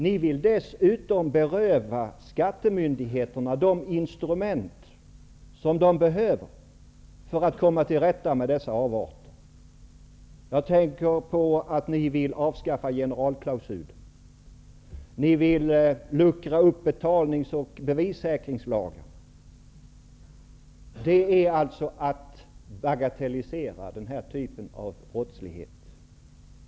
Ni vill dessutom beröva skattemyndigheterna de instrument som de behöver för att komma till rätta med dessa avarter. Jag tänker på att ni vill avskaffa generalklausulen. Ni vill luckra upp betalnings och bevissäkringslagen. Det är att bagatellisera den här typen av brottslighet.